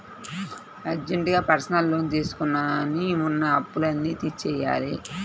అర్జెంటుగా personal loan తీసుకొని ఉన్న అప్పులన్నీ తీర్చేయ్యాలి